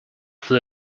flu